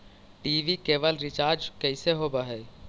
TV cable recharge कैसे होब हइ?